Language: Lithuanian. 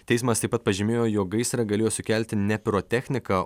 teismas taip pat pažymėjo jog gaisrą galėjo sukelti ne pirotechnika